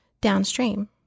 downstream